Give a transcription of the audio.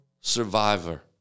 survivor